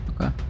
Okay